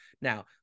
now